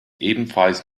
ebenfalls